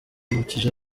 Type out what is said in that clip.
yibukije